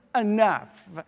enough